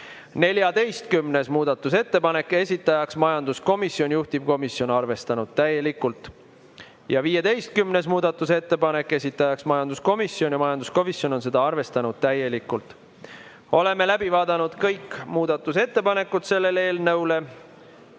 14. muudatusettepanek, esitaja majanduskomisjon, juhtivkomisjon on arvestanud täielikult. Ja 15. muudatusettepanek, esitaja majanduskomisjon ja juhtivkomisjon on seda arvestanud täielikult. Oleme läbi vaadanud kõik muudatusettepanekud.